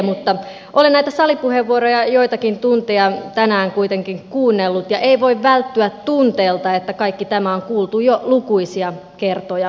mutta olen näitä salipuheenvuoroja joitakin tunteja tänään kuitenkin kuunnellut ja ei voi välttyä tunteelta että kaikki tämä on kuultu jo lukuisia kertoja aiemmin